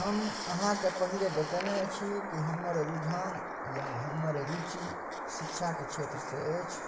हम अहाँके पहिले बतेने छी कि हमर रुझान या हमर रुचि शिक्षाके क्षेत्रसँ अछि